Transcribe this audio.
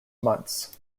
months